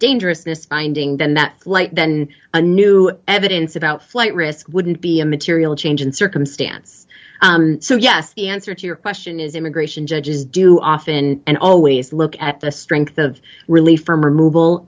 dangerousness finding then that light then a new evidence about flight risk wouldn't be a material change in circumstance so yes the answer to your question is immigration judges do often and always look at the strength of relief from removal